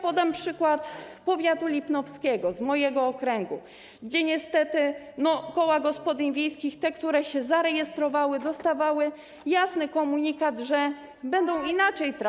Podam przykład powiatu lipnowskiego z mojego okręgu, gdzie niestety koła gospodyń wiejskich, które się zarejestrowały, dostawały jasny komunikat, że będą inaczej traktowane.